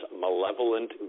malevolent